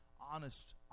Honest